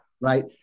Right